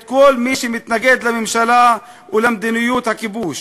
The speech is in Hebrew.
את כל מי שמתנגד לממשלה ולמדיניות הכיבוש,